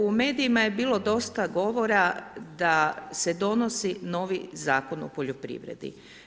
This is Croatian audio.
U medijima je bilo dosta govora da se donosi novi Zakon o poljoprivredi.